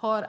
Har